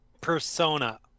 persona